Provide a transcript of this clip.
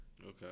Okay